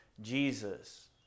Jesus